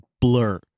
blur